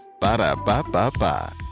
Ba-da-ba-ba-ba